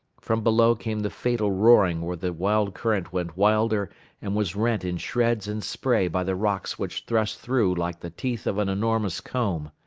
from below came the fatal roaring where the wild current went wilder and was rent in shreds and spray by the rocks which thrust through like the teeth of an enormous comb.